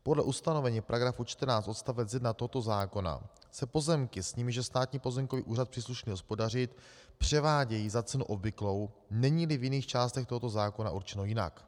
Podle ustanovení § 14 odst. 1 tohoto zákona se pozemky, s nimiž je Státní pozemkový úřad příslušný hospodařit, převádějí za cenu obvyklou, neníli v jiných částech tohoto zákona určeno jinak.